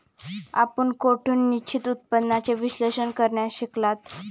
आपण कोठून निश्चित उत्पन्नाचे विश्लेषण करण्यास शिकलात?